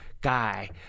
guy